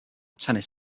tennis